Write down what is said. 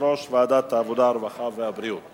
יושב-ראש ועדת העבודה, הרווחה והבריאות.